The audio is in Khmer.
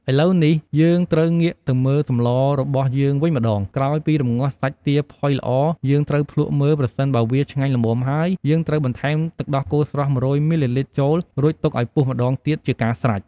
ឥឡូវនេះ យើងត្រូវងាកទៅមើលសម្លរបស់យើងវិញម្ដង ក្រោយពីរំងាស់សាច់ទាផុយល្អ យើងត្រូវភ្លក់មើលប្រសិនបើវាឆ្ងាញ់ល្មមហើយ យើងត្រូវបន្ថែមទឹកដោះគោស្រស់ ១០០មីលីលីត្រចូល រួចទុកឱ្យពុះម្ដងទៀតជាការស្រេច។